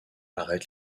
arrête